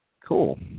cool